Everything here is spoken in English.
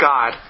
God